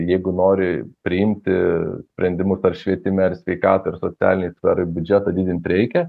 jeigu nori priimti sprendimus ar švietime ar sveikatos ar socialinėj sferoj biudžetą didint reikia